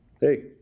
Hey